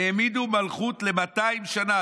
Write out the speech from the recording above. העמידו מלכות למאתיים שנה,